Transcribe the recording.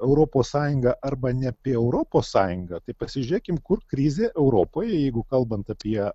europos sąjungą arba ne apie europos sąjungą tai pasižiūrėkim kur krizė europoj jeigu kalbant apie